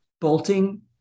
bolting